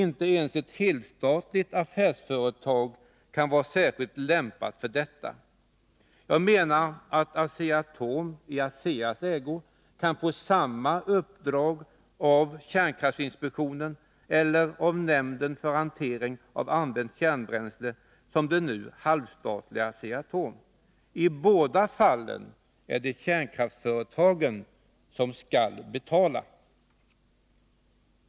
Inte ens ett helstatligt affärsföretag kan vara särskilt lämpat för detta. Jag menar att Asea-Atom i ASEA:s ägo kan få samma uppdrag av kärnkraftinspektionen eller av nämnden för hantering av använt kärnbränsle som det nu halvstatliga Asea-Atom. I båda fallen är det kärnkraftsföretagen som skall betala.